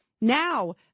now